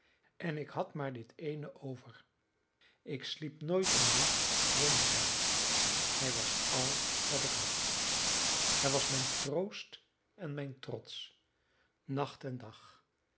en ik had maar dit eene over ik sliep nooit een nacht zonder hem hij was al wat ik had hij was mijn troost en mijn trots nacht en dag